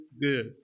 good